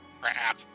crap